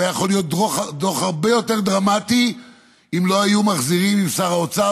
הוא היה יכול להיות דוח הרבה יותר דרמטי אם שר האוצר